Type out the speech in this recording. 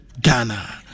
Ghana